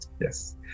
Yes